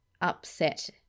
upset